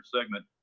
segment